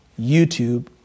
YouTube